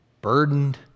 burdened